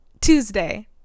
Tuesday